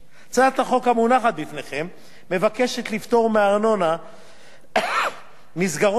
הצעת החוק המונחת בפניכם מבקשת לפטור מארנונה מסגרות יומיות,